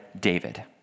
David